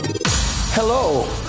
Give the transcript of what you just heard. Hello